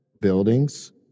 buildings